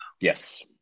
Yes